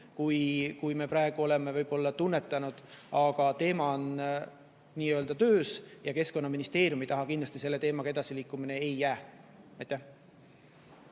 kui me praegu oleme võib-olla tunnetanud, aga teema on nii-öelda töös ja Keskkonnaministeeriumi taha selle teemaga edasiliikumine